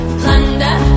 plunder